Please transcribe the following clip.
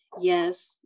yes